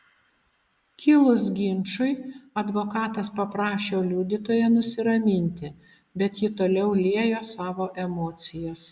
kilus ginčui advokatas paprašė liudytoją nusiraminti bet ji toliau liejo savo emocijas